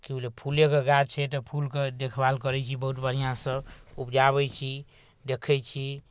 कि बुझलिए फूलेके गाछ छै तऽ फूलके देखभाल करै छी बहुत बढ़िआँसँ उपजाबै छी देखै छी